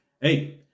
hey